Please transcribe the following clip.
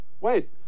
Wait